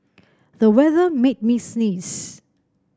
the weather made me sneeze